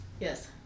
Yes